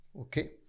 okay